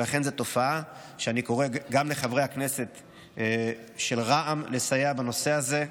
ולכן זו תופעה שאני קורא גם לחברי הכנסת של רע"מ לסייע בנושא הזה.